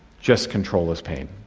just control his pain.